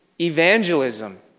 evangelism